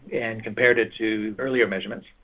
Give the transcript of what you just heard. and compared it to earlier measurements.